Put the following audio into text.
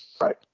Right